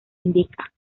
indica